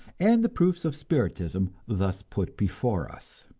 and the proofs of spiritism thus put before us.